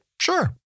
sure